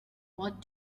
what